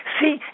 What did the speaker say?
See